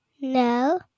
No